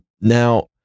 now